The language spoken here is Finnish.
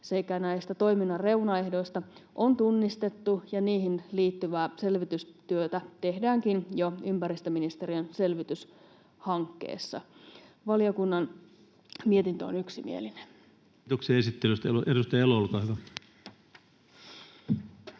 sekä toiminnan reunaehdoista on tunnistettu, ja niihin liittyvää selvitystyötä tehdäänkin jo ympäristöministeriön selvityshankkeessa. Valiokunnan mietintö on yksimielinen. Kiitoksia esittelystä. — Edustaja Elo,